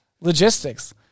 Logistics